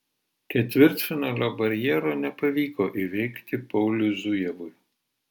ketvirtfinalio barjero nepavyko įveikti pauliui zujevui